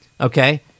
okay